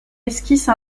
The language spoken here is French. esquisse